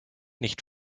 nicht